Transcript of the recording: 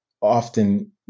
often